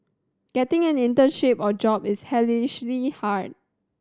getting an internship or job is hellishly hard